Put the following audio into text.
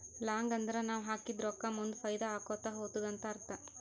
long ಅಂದುರ್ ನಾವ್ ಹಾಕಿದ ರೊಕ್ಕಾ ಮುಂದ್ ಫೈದಾ ಆಕೋತಾ ಹೊತ್ತುದ ಅಂತ್ ಅರ್ಥ